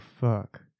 fuck